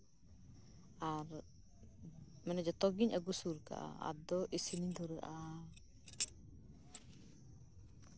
ᱟᱨ ᱢᱟᱱᱮ ᱡᱚᱛᱚ ᱜᱤᱧ ᱟᱹᱜᱩ ᱥᱩᱨ ᱠᱟᱜᱼᱟ ᱟᱨ ᱤᱥᱤᱱᱤᱧ ᱫᱷᱩᱨᱟᱹᱜᱼᱟ